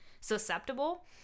susceptible